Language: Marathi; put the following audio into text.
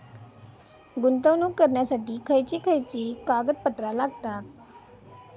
गुंतवणूक करण्यासाठी खयची खयची कागदपत्रा लागतात?